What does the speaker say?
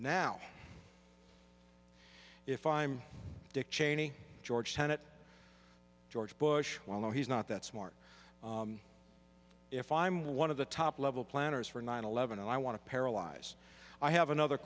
now if i'm dick cheney george tenet george bush well no he's not that smart if i'm one of the top level planners for nine eleven and i want to paralyze i have another